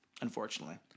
unfortunately